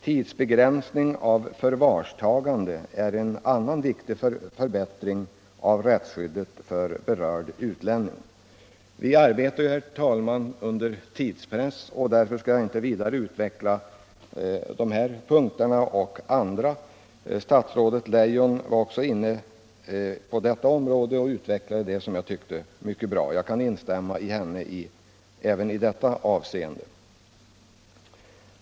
Tidsbegränsning av förvarstagande är en annan viktig förbättring av rättsskyddet för berörd utlänning. Vi arbetar nu, herr talman, under tidspress, och därför skall jag inte vidare utveckla min syn på dessa och andra punkter. Statsrådet Leijon har också varit inne på detta område och utvecklade resonemanget, som jag tyckte, mycket bra. Jag kan instämma i vad hon sade även i detta avseende.